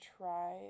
try